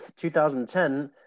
2010